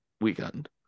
weekend